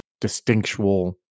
distinctual